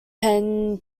penn